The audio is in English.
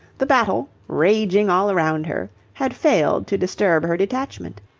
the battle, raging all round her, had failed to disturb her detachment.